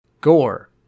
Gore